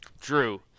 Drew